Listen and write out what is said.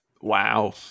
wow